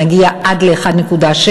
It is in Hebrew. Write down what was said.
ונגיע עד ל-1.6,